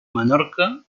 menorca